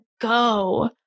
go